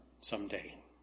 someday